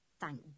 Thank